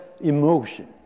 emotion